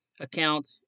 account